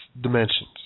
Dimensions